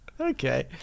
Okay